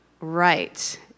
right